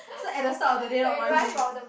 so at the start of the day not noisy